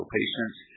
patients